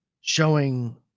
showing